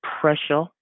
pressure